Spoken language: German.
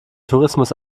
tourismus